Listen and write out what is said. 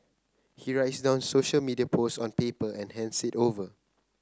he writes down social media post on paper and hands it over